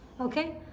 okay